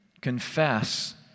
Confess